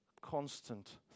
constant